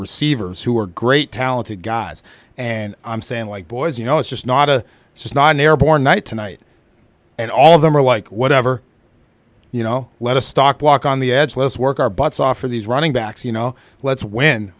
receivers who are great talented guys and i'm saying like boys you know it's just not a snotty airborn night tonight and all of them are like whatever you know let a stock walk on the edge let's work our butts off for these running backs you know let's w